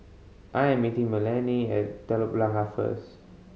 I am meeting Melanie at Telok Blangah first